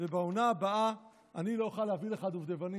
ובעונה הבאה אני לא אוכל להביא לך דובדבנים,